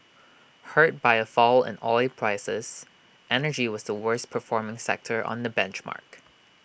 hurt by A fall in oil prices energy was the worst performing sector on the benchmark